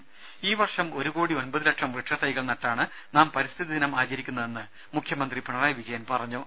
ദർഭ ഈ വർഷം ഒരു കോടി ഒൻപതു ലക്ഷം വൃക്ഷത്തൈകൾ നട്ടാണ് നാം പരിസ്ഥിതി ദിനം ആചരിക്കുന്നതെന്ന് മുഖ്യമന്ത്രി പിണറായി വിജയൻ പറഞ്ഞു